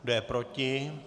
Kdo je proti?